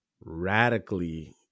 radically